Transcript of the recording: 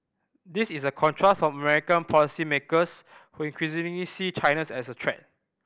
this is a contrast from American policymakers who increasingly see China as a threat